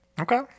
Okay